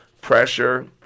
pressure